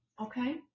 Okay